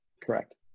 Correct